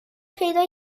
پیدا